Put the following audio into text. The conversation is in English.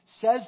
says